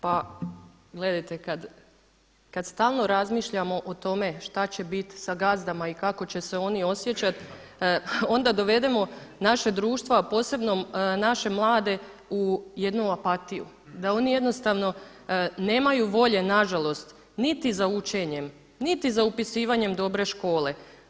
Pa gledajte, kad stalno razmišljamo o tome šta će bit sa gazdama i kako će se oni osjećat, onda dovedemo naše društvo a posebno naše mlade u jednu apatiju da oni jednostavno nemaju volje na žalost niti za učenjem, niti za upisivanjem dobre škole.